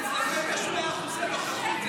כי אצלכם יש 100% נוכחות.